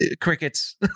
crickets